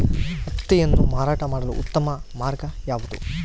ಹತ್ತಿಯನ್ನು ಮಾರಾಟ ಮಾಡಲು ಉತ್ತಮ ಮಾರ್ಗ ಯಾವುದು?